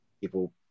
People